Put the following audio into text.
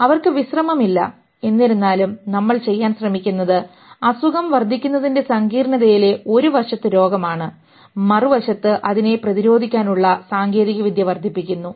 അവർക്ക് വിശ്രമമില്ല എന്നിരുന്നാലും നമ്മൾ ചെയ്യാൻ ശ്രമിക്കുന്നത് അസുഖം വർദ്ധിക്കുന്നതിൻറെ സങ്കീർണ്ണതയിലെ ഒരു വശത്ത് രോഗമാണ് മറുവശത്ത് അതിനെ പ്രതിരോധിക്കാനുള്ള സാങ്കേതികവിദ്യ വർദ്ധിപ്പിക്കുന്നു